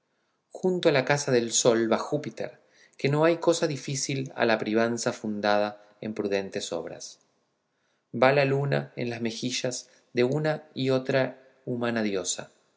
junto a la casa del sol va júpiter que no hay cosa difícil a la privanza fundada en prudentes obras va la luna en las mejillas de una y otra humana diosa